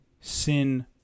sin